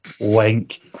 Wink